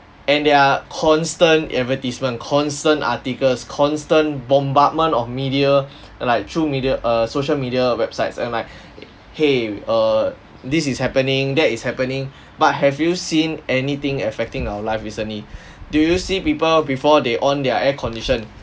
and their constant advertisement constant articles constant bombardment of media like through media uh social media websites and like !hey! uh this is happening that is happening but have you seen anything affecting our life recently do you see people before they on their air condition